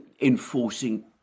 enforcing